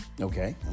Okay